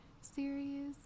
series